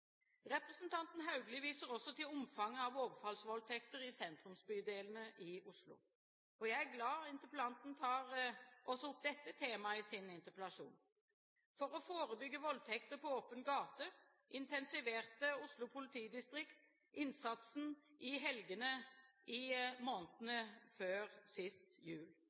Representanten Haugli viser også til omfanget av overfallsvoldtekter i sentrumsbydelene i Oslo. Jeg er glad for at interpellanten tar opp også dette temaet i sin interpellasjon. For å forebygge voldtekter på åpen gate intensiverte Oslo politidistrikt innsatsen i helgene i månedene før sist jul.